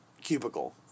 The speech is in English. cubicle